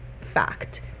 fact